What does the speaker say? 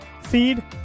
feed